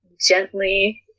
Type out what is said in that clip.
gently